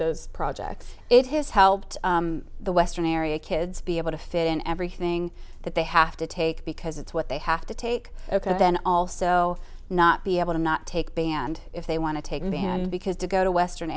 those projects it has helped the western area kids be able to fit in everything that they have to take because it's what they have to take ok and then also not be able to not take band if they want to take because to go to western